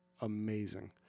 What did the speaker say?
amazing